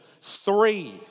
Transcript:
Three